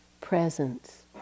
presence